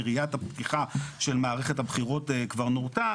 יריית הפתיחה של מערכת הבחירות כבר נורתה,